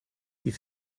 die